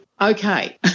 Okay